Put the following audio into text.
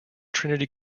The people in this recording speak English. trinity